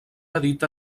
edita